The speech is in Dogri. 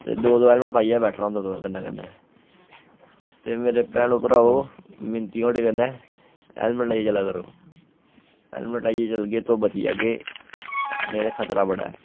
ते दो दो हेलमेट पाइयै बैठना होंदा दो कन्नै कन्नै ते मेरे भैनो भ्रावो विनती ऐ थुआढ़े कन्नै हेलमेट लाइयै चला करो हेलमेट लाइयै चलगे तो बची जाह्गे नेईं ते खतरा बड़ा ऐ